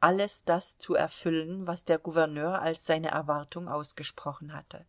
alles das zu erfüllen was der gouverneur als seine erwartung ausgesprochen hatte